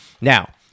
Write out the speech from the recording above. Now